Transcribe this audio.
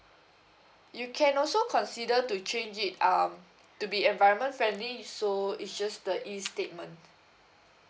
you can also consider to change it um to be environment friendly so it's just the E statement